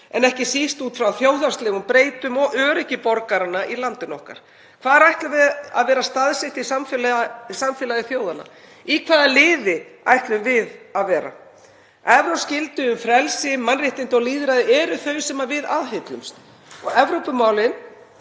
en ekki síst út frá þjóðhagslegum breytum og öryggi borgaranna í landinu okkar. Hvar ætlum við að vera staðsett í samfélagi þjóðanna? Í hvaða liði ætlum við að vera? Evrópsk gildi um frelsi, mannréttindi og lýðræði eru þau sem við aðhyllumst en Evrópumálin